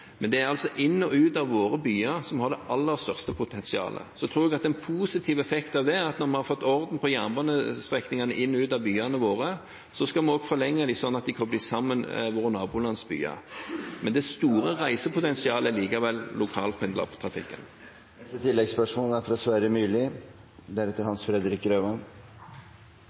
men det er altså inn og ut av våre byer som har det aller største potensialet. Så tror jeg at en positiv effekt av det er at når man har fått orden på jernbanestrekningene inn og ut av byene våre, skal vi også forlenge dem slik at de kobler sammen våre